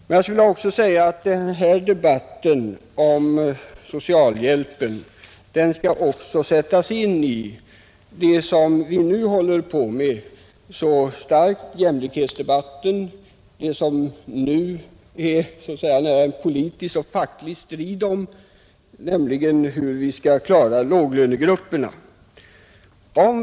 Men jag vill också säga att debatten om socialhjälpen bör sättas i samband med jämlikhetsdebatten och med vad det nu är en politisk och facklig strid om, nämligen hur vi skall klara låglönegruppernas problem.